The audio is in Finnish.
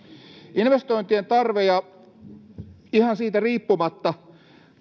investointien tarve ihan siitä riippumatta